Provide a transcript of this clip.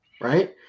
right